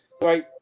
great